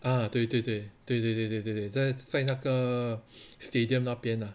啊对对对对对对对对对在在那个 stadium 那边 ah